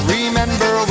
Remember